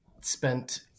Spent